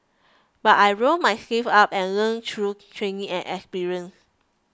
but I rolled my sleeves up and learnt through training and experience